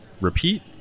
repeat